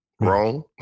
Wrong